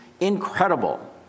incredible